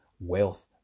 wealth